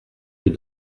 lieu